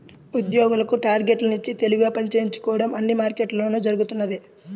ఉద్యోగులకు టార్గెట్లు ఇచ్చి తెలివిగా పని చేయించుకోవడం అన్ని మార్కెట్లలోనూ జరుగుతున్నదే